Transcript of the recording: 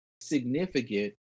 significant